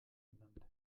genannt